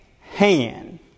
hand